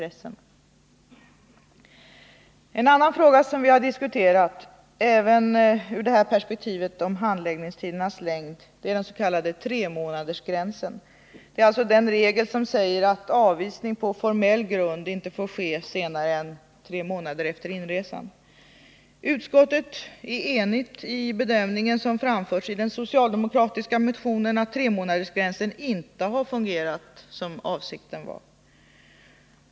En annan fråga som vi har diskuterat även ur perspektivet med handläggningstidernas längd gäller den s.k. tremånadersgränsen. — Det är alltså den regel som säger att avvisning på formell grund inte får ske senare än tre månader efter inresan. Utskottet är enigt i bedömningen, som framfördes i den socialdemokratiska motionen, att tremånadersgränsen inte har fungerat så som avsikten var.